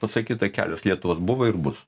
pasakyta kelios lietuvos buvo ir bus